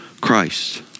Christ